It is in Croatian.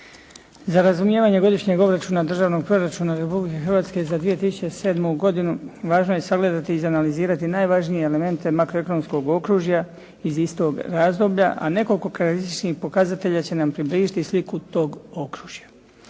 Za razumijevanje Godišnjeg obračuna državnog proračuna Republike Hrvatske za 2007. godinu važno je sagledati i izanalizirati najvažnije elemente makroekonomskog okružja iz istog razloga, a nekoliko rizičnih pokazatelje će nam približiti sliku tog okružja.